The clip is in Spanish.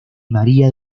maría